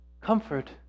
Comfort